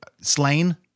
slain